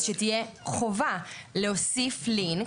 אז שתהיה חובה להוסיף לינק,